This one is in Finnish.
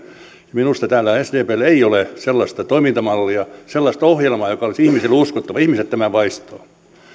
minusta täällä sdpllä ei ole sellaista toimintamallia sellaista ohjelmaa joka olisi ihmisille uskottava ja ihmiset tämän vaistoavat